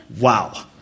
Wow